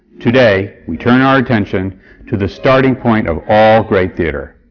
today, we turn our attention to the starting point of all great theatre,